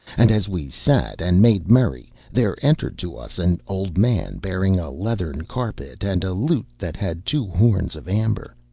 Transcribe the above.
and as we sat and made merry, there entered to us an old man bearing a leathern carpet and a lute that had two horns of amber.